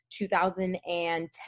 2010